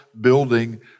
building